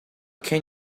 can